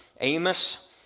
Amos